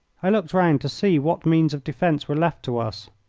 i looked round to see what means of defence were left to us.